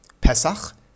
Pesach